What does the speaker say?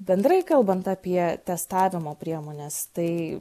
bendrai kalbant apie testavimo priemones tai